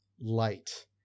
light